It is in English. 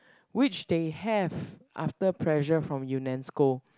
which they have after pressure from U_N_E_S_C_O